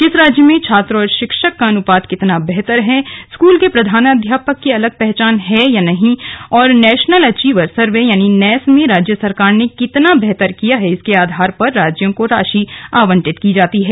किस राज्य में छात्र व शिक्षक का अनुपात कितना बेहतर है स्कूल के प्रधानाध्यापक की अलग पहचान है या नहीं और नेशनल एचीवर सर्वे यानी नैस में राज्य सरकार ने कितना बेहतर किया है इसके आधार पर राज्यों को राशि आवंटित की जाती है